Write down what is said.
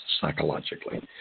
psychologically